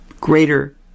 greater